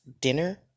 dinner